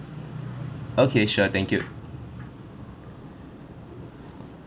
okay sure thank you